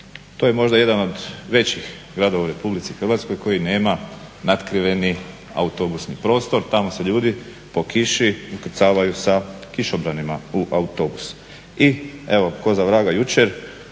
to je možda jedan od većih gradova u Republici Hrvatskoj koji nema natkriveni autobusni prostor, tamo se ljudi po kiši ukrcavaju sa kišobranima u autobus. I evo ko za vraga jučer